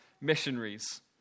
missionaries